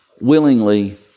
willingly